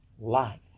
life